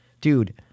Dude